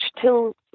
till